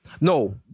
no